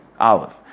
Olive